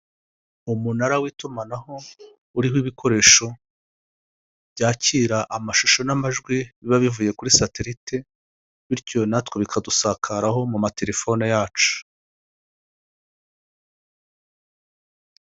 Umunara w'itumanaho uriho ibikoresho byakira amashusho n'amajwi bibabivuye kuri satelite, bityo natwe bikadusakaraho mu matelefone yacu.